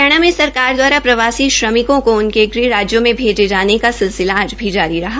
हरियाणा में सरकार द्वारा प्रवासी श्रमिकों को उनके गृह राज्यों में भेजे जाने का सिलसिला आज भी जारी रहा